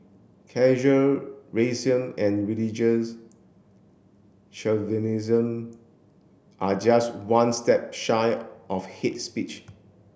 casual racism and religious chauvinism are just one step shy of hate speech